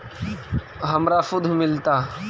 हमरा शुद्ध मिलता?